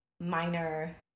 minor